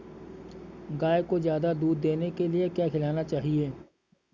गाय को ज्यादा दूध देने के लिए क्या खिलाना चाहिए?